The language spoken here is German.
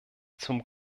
zum